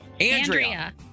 Andrea